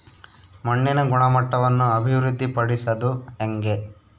ಮಣ್ಣಿನ ಗುಣಮಟ್ಟವನ್ನು ಅಭಿವೃದ್ಧಿ ಪಡಿಸದು ಹೆಂಗೆ?